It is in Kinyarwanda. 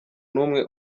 numwe